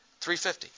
350